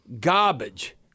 Garbage